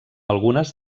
algunes